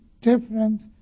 difference